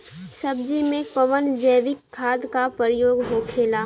सब्जी में कवन जैविक खाद का प्रयोग होखेला?